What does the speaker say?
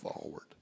forward